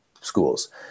schools